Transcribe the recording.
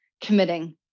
committing